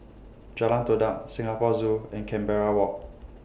Jalan Todak Singapore Zoo and Canberra Walk